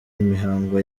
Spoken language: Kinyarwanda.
imihango